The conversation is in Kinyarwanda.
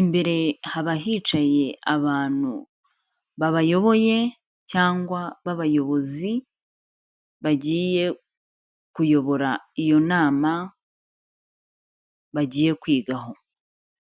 imbere haba hicaye abantu babayoboye cyangwa b'abayobozi bagiye kuyobora iyo nama bagiye kwigaho.